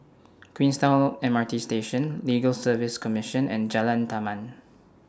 Queenstown M R T Station Legal Service Commission and Jalan Taman